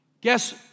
Guess